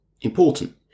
important